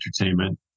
Entertainment